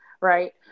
Right